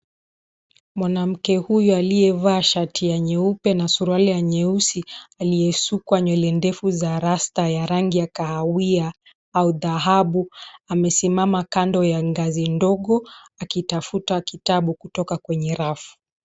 Mwanamke huyu aliyevaa shati ya nyeupe na suruali ya nyeusi, aliyesukwa nywele ndefu za rasta ya rangi ya kahawia au dhahabu. Amesimama kando ya ngazi ndogo, akitafuta kitabu kutoka kwenye rafu.